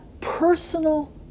personal